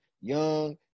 Young